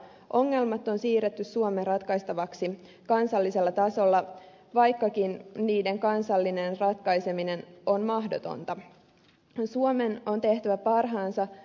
ongelmat on siirretty suomen ratkaistavaksi kansallisella tasolla vaikkakin viiden kansallinen ratkaiseminen on mahdotonta jos suomen on herr talman